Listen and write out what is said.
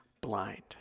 blind